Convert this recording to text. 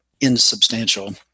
insubstantial